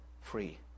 free